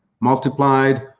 multiplied